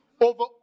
over